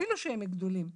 אפילו שהם גדולים.